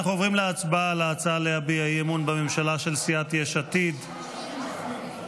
אנחנו עוברים להצבעה על ההצעה של סיעת יש עתיד להביע אי-אמון בממשלה.